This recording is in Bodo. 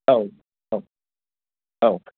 औ औ औ